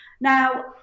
now